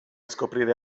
scoprire